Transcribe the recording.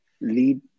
lead